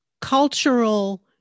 cultural